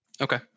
Okay